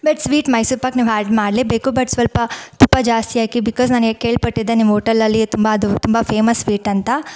but sweet Mysore pak ನೀವು add ಮಾಡಲೇಬೇಕು but ಸ್ವಲ್ಪ ತುಪ್ಪ ಜಾಸ್ತಿ ಹಾಕಿ ಬಿಕಾಸ್ ನಾನು ಕೇಳ್ಪಟ್ಟಿದ್ದೆ ನಿಮ್ಮ ಓಟೆಲಲ್ಲಿ ತುಂಬ ಅದು ತುಂಬ ಫೇಮಸ್ ಸ್ವೀಟಂತ